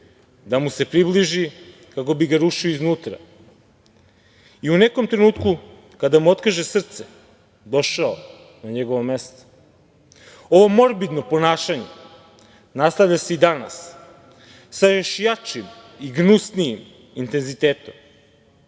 da mu se približi kako bi ga rušio iznutra, i u nekom trenutku kada mu otkaže srce došao na njegovo mesto. Ovo morbidno ponašanje nastavlja se i danas sa još jačim i gnusnijim intenzitetom,